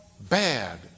bad